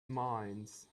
minds